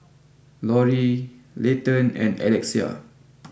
Lori Layton and Alexia